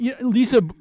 Lisa